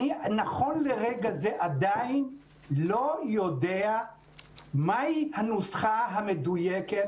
אני עדיין לא יודע מהי הנוסחה המדויקת